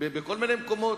חיים בכל מיני מקומות.